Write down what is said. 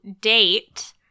date